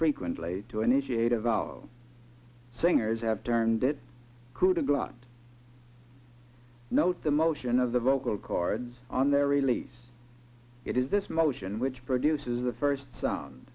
frequently to initiate evolved singers have turned it could have blocked note the motion of the vocal chords on their release it is this motion which produces the first so